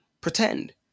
Pretend